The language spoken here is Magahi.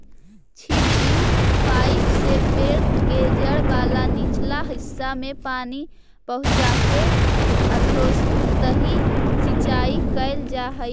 छिद्रयुक्त पाइप से पेड़ के जड़ वाला निचला हिस्सा में पानी पहुँचाके अधोसतही सिंचाई कैल जा हइ